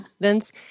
Vince